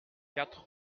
quatre